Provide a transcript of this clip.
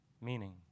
meaning